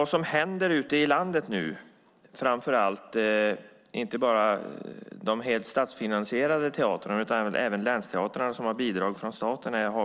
Det här berör inte bara de statsfinansierade teatrarna utan även de 60 länsteatrar som har bidrag från staten.